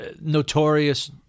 Notorious